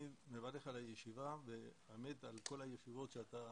אני מברך על הישיבה ועל כל הישיבות שאתה